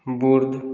बुर्द